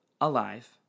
alive